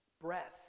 breath